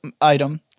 item